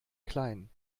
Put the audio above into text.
klein